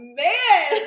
man